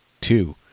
two